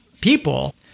people